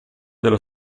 dello